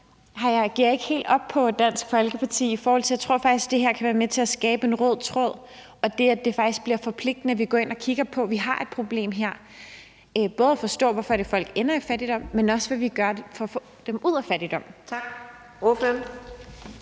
helt op i forhold til Dansk Folkeparti. Jeg tror faktisk, at det her kan være med til at skabe en rød tråd, altså at det faktisk bliver forpligtende, så vi går ind og kigger på det og siger, at vi har et problem her – både for at forstå, hvorfor folk ender i fattigdom, men også, hvad vi gør for at få dem ud af fattigdom. Kl.